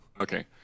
Okay